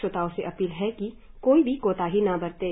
श्रोताओं से अपील है कि कोई भी कोताही न बरतें